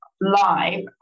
live